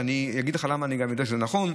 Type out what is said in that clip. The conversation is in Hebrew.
ואני גם אגיד לך למה אני יודע שזה נכון,